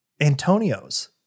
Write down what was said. antonio's